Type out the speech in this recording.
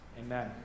amen